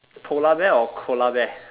polar bear or koala bear